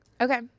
Okay